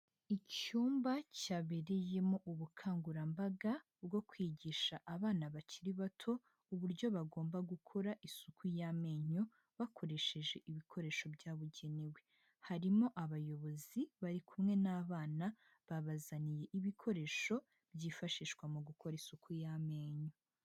Icyumba cyabereyemo ubukangurambaga bwo kwigisha abana bakiri bato uburyo bagomba gukora isuku y'amenyo bakoresheje ibikoresho byabugenewe, harimo abayobozi bari kumwe n'abana, babazaniye ibikoresho byifashishwa mu gukora isuku y'amenyo.